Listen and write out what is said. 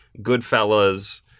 Goodfellas